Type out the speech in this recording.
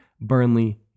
Burnley